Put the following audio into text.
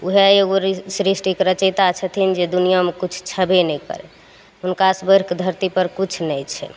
वएह एगो सृष्टिके रचैता छथिन जे दुनिआँमे किछु छबे नहि करय हुनकासँ बढ़िकऽ धरतीपर किछु नहि छै